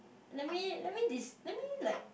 let me let me de~ let me like